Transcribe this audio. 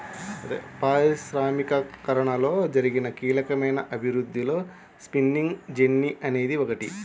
పారిశ్రామికీకరణలో జరిగిన కీలకమైన అభివృద్ధిలో స్పిన్నింగ్ జెన్నీ అనేది ఒకటి